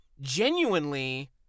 Genuinely